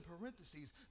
parentheses